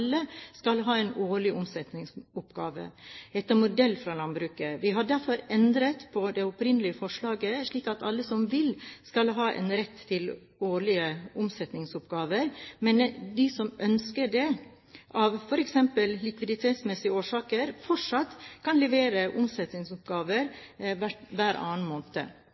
skal ha en årlig omsetningsoppgave, etter modell fra landbruket. Vi har derfor endret på det opprinnelige forslaget, slik at alle som vil, skal ha rett til en årlig omsetningsoppgave, men at de som ønsker det, f.eks. av likviditetsmessige årsaker, fortsatt kan levere omsetningsoppgave hver annen måned.